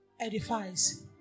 Edifies